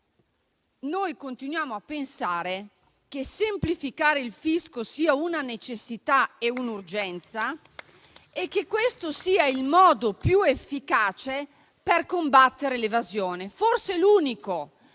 Noi continuiamo a pensare che semplificare il fisco sia una necessità e un'urgenza e che questo sia il modo più efficace per combattere l'evasione. Forse è l'unico